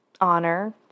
honor